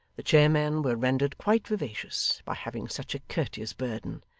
the chairmen were rendered quite vivacious by having such a courteous burden,